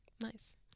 nice